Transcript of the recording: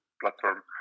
platform